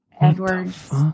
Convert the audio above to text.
Edward's